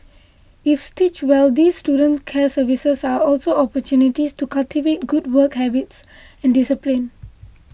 if stitched well these student care services are also opportunities to cultivate good work habits and discipline